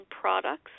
products